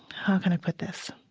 how can i put this?